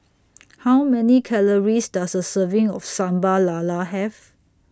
How Many Calories Does A Serving of Sambal Lala Have